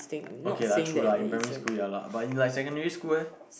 okay lah true lah in primary school ya lah but in like secondary school eh